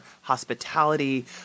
hospitality